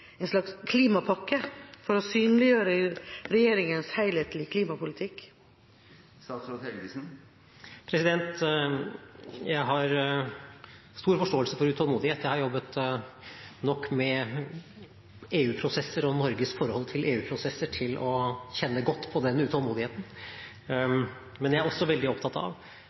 en slags klimapakke for å synliggjøre regjeringens helhetlige klimapolitikk? Jeg har stor forståelse for utålmodighet, jeg har jobbet nok med EU-prosesser og Norges forhold til EU-prosesser til å kjenne godt på den utålmodigheten. Men jeg er også veldig opptatt av